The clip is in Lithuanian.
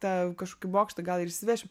tą kažkokį bokštą gal ir išsivešim